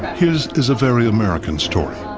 his is a very american story,